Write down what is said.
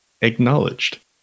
acknowledged